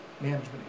management